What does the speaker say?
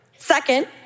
Second